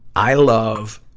i love